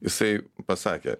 jisai pasakė